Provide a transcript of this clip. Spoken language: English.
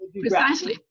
precisely